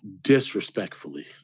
Disrespectfully